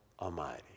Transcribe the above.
Almighty